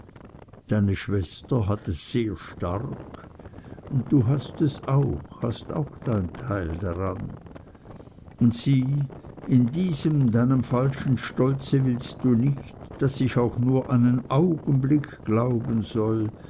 deine schwester hat es sehr stark und du hast es auch hast auch dein teil daran und sieh in diesem deinem falschen stolze willst du nicht daß ich auch nur einen augenblick glauben soll